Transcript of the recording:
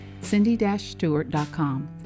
cindy-stewart.com